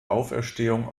auferstehung